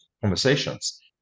conversations